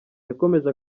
yakomeje